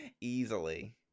Easily